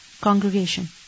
congregation